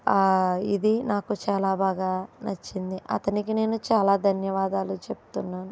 నాకు చాలా బాగా నచ్చింది అతనికి నేను చాలా ధన్యవాదాలు చెప్తున్నాను